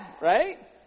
right